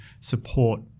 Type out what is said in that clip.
support